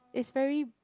is very